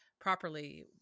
properly